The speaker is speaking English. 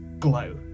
Glow